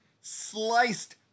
sliced